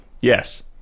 yes